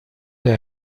der